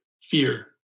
fear